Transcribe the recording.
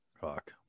Fuck